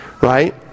Right